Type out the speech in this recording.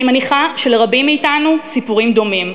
אני מניחה שלרבים מאתנו סיפורים דומים,